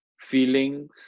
feelings